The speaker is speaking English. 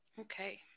Okay